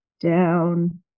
down